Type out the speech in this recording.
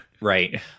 right